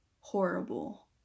horrible